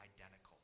identical